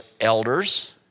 elders